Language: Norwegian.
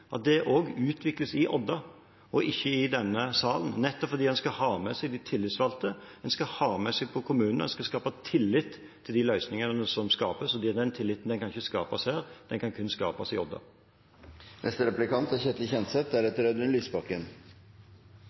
har gitt, også utvikles i Odda og ikke i denne salen, nettopp fordi en skal ha med seg de tillitsvalgte og kommunen og skape tillit til løsningene som skapes. Den tilliten kan ikke skapes her, den kan kun skapes i